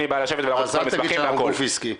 אז אל תגיד שאנחנו לא גוף עסקי.